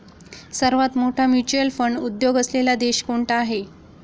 सर्वात मोठा mutual fund उद्योग असलेला देश कोणता आहे?